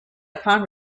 upon